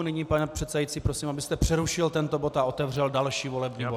Nyní, pane předsedající, prosím, abyste přerušil tento bod a otevřel další volební bod.